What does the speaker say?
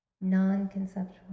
non-conceptual